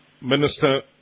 Minister